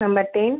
number ten